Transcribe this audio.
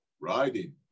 Riding